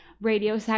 radio